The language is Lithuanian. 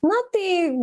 na tai